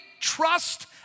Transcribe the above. trust